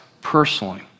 personally